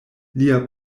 lia